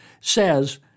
says